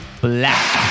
Black